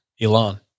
Elon